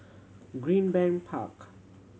Greenbank Park